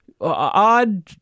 odd